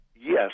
Yes